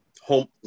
home